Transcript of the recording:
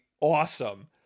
awesome